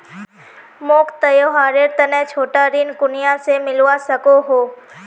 मोक त्योहारेर तने छोटा ऋण कुनियाँ से मिलवा सको हो?